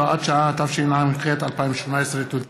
(הוראת שעה), התשע"ח 2018. תודה.